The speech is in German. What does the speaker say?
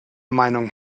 meinung